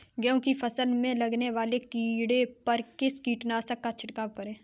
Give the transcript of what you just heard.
गेहूँ की फसल में लगने वाले कीड़े पर किस कीटनाशक का छिड़काव करें?